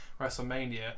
WrestleMania